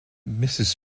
mrs